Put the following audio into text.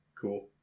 Cool